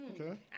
Okay